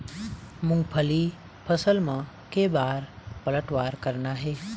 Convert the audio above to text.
मूंगफली फसल म के बार पलटवार करना हे?